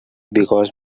because